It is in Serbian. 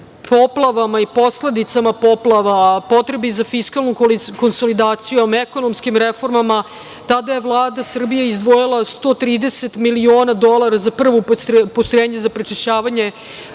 poplavama i posledicama poplava, potrebi za fiskalnom konsolidacijom, ekonomskim reformama, tada je Vlada Srbije izdvojila 130 miliona dolara za prvo postrojenje za prečišćavanje